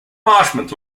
parchment